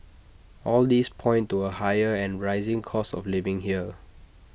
all these point to A higher and rising cost of living here